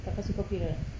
tak kasih copyright